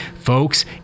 Folks